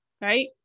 Right